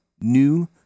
new